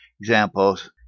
examples